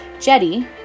Jetty